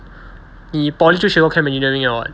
你 poly 就学过 chem engineering liao [what]